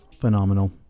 phenomenal